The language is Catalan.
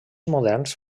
moderns